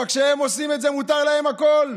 אבל כשהם עושים את זה, מותר להם הכול.